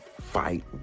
fight